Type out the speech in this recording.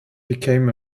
became